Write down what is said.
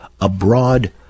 Abroad